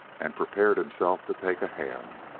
and prepared himself to take a hand.